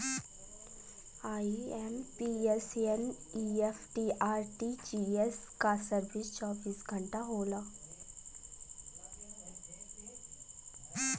IMPS, NEFT, RTGS क service चौबीस घंटा होला